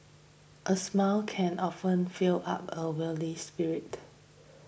a smile can often fill up a weary spirit